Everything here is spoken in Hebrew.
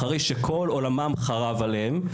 אחרי שכל עולמם חרב עליהם,